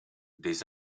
des